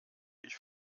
ich